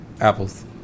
Apples